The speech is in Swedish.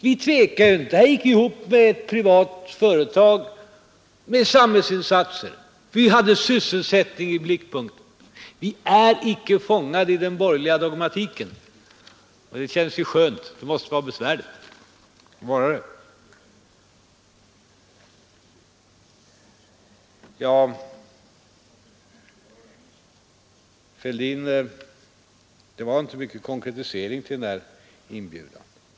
Vi tvekade inte utan gick ihop med ett privat företag med samhällsinsatser därför att vi hade sysselsättningen i blickpunkten. Vi är icke fångade i den borgerliga dogmatiken, och det känns skönt, det måste vara besvärligt att vara det. Det var inte mycket konkretisering till den här inbjudan, herr Fälldin.